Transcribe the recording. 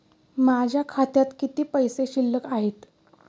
माझ्या खात्यात किती पैसे शिल्लक आहेत?